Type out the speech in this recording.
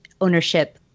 ownership